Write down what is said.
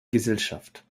gesellschaft